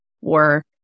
work